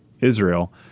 Israel